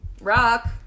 rock